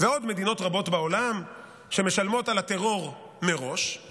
ועוד מדינות רבות בעולם שמשלמות מראש על הטרור.